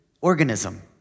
organism